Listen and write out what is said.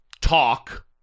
talk